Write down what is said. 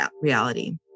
reality